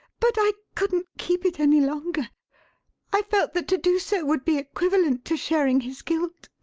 but i couldn't keep it any longer i felt that to do so would be equivalent to sharing his guilt,